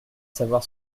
savoir